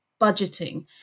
budgeting